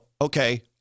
okay